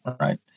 Right